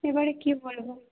এবারে কী বলবো